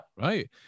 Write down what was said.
Right